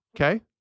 okay